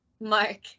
Mark